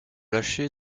lâcher